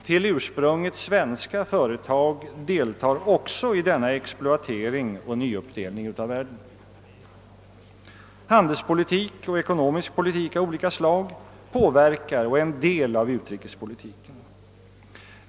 Till ursprunget svenska företag deltar också i denna exploatering och nyuppdelning av världen. Handelspolitik och ekonomisk politik av olika slag påverkar och är en del av utrikespolitiken.